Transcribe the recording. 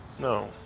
No